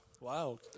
Wow